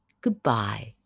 goodbye